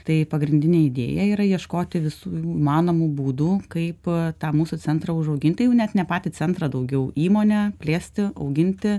tai pagrindinė idėja yra ieškoti visų įmanomų būdų kaip tą mūsų centrą užaugint tai jau net ne patį centrą daugiau įmonę plėsti auginti